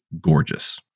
gorgeous